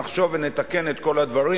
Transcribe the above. נחשוב ונתקן את כל הדברים,